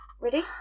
ready